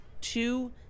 two